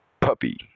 puppy